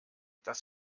das